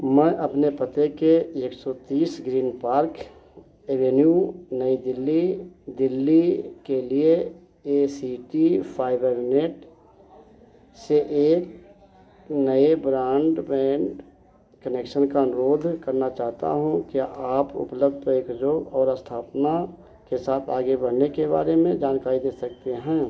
मैं अपने पते के एक सौ तीस ग्रीन पार्ख ऐवन्यू नई दिल्ली दिल्ली के लिए ए सी टि साइबरनेट से नए ब्रांड बैंड कनेक्शन का अनुरोध करना चाहता हूँ क्या आप और स्थापना के साथ आगे बढ़ने के बाद इनमें जानकारी दे सकते हैं